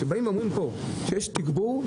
כשבאים ואומרים פה שיש תגבור,